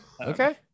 okay